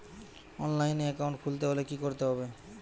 অনলাইনে একাউন্ট খুলতে হলে কি করতে হবে?